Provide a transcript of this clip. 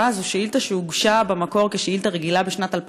השאילתה הראשונה מופנית אל השר